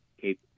keep